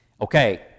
Okay